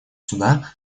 суда